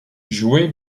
joué